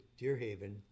Deerhaven